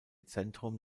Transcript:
zentrum